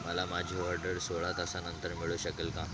मला माझी ऑर्डर सोळा तासानंतर मिळू शकेल का